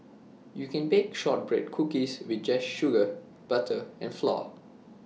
you can bake Shortbread Cookies with just sugar butter and flour